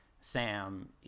Sam